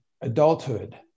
adulthood